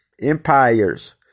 empires